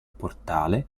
portale